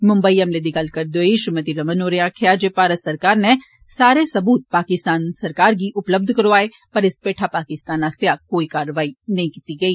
मुंबई हमले दी गल्ल करदे होई श्रीमती रमण होरें आक्खेआ जेभारत सरकार नै सारे सबूत पाकिस्तान सरकार गी उपलब्ध करोआए पर इस पैठा पाकिस्तानआस्सेआ कख नेई कीता गेआ